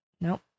nope